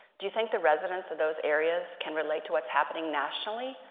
do you think the residents of those areas can relate to what's happening nationally,